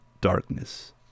darkness